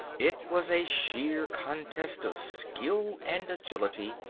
it was a sheer contest of skill and agility.